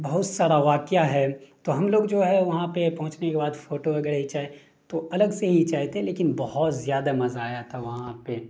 بہت سارا واقعہ ہے تو ہم لوگ جو ہے وہاں پہ پہنچنے کے بعد فوٹو وغیرہ کھچائے تو الگ سے کھچائے تھے لیکن بہت زیادہ مزا آیا تھا وہاں پہ